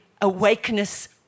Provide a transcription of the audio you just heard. awakeness